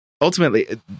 Ultimately